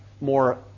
more